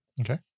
Okay